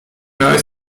małe